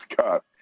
cut